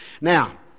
Now